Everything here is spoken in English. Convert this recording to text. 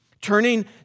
Turning